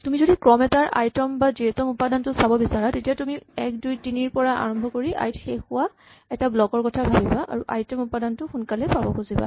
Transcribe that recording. তুমি যদি ক্ৰম এটাৰ আই তম বা জে তম উপাদান টো চাব বিচাৰা তেতিয়া তুমি ১২৩ ৰ পৰা আৰম্ভ হৈ আই ত শেষ হোৱা এটা ব্লক ৰ কথা ভাৱিবা আৰু আই তম উপাদানটো সোনকালে পাব খুজিবা